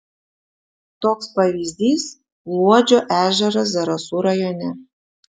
toks pavyzdys luodžio ežeras zarasų rajone